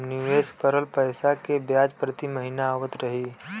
निवेश करल पैसा के ब्याज प्रति महीना आवत रही?